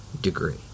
degree